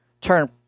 turn